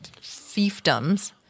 fiefdoms